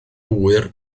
ŵyr